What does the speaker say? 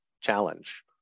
challenge